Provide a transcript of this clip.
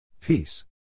Peace